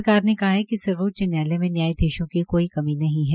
सरकार ने कहा है कि सर्वोच्च न्यायालय में न्यायाधीशों की कोई कमी नहीं है